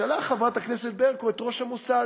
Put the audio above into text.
שלח, חברת הכנסת ברקו, את ראש המוסד,